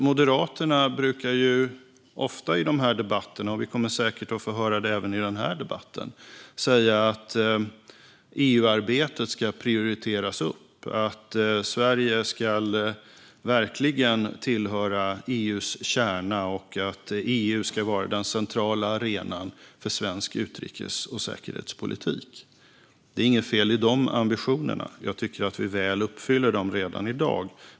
Moderaterna brukar ju ofta i dessa debatter - vi kommer säkert att få höra det även i den här debatten - säga att EU-arbetet ska prioriteras upp, att Sverige verkligen ska tillhöra EU:s kärna och att EU ska vara den centrala arenan för svensk utrikes och säkerhetspolitik. Det är inget fel i de ambitionerna. Jag tycker att vi uppfyller dem väl redan i dag.